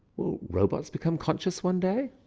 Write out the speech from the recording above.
will robots become conscious one day?